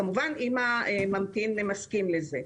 כמובן אם הממתין מסכים לזה.